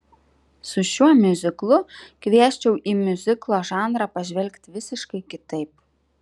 su šiuo miuziklu kviesčiau į miuziklo žanrą pažvelgti visiškai kitaip